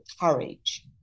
courage